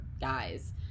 guys